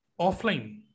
offline